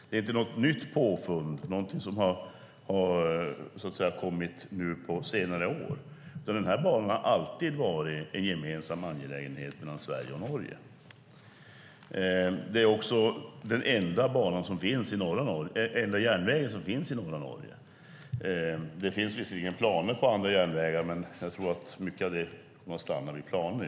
Det är inte något nytt påfund, något som har kommit på senare år. Banan har alltid varit en gemensam angelägenhet mellan Sverige och Norge. Det är också den enda järnvägen i norra Norge. Det finns visserligen planer på andra järnvägar, men jag tror att mycket har stannat vid planer.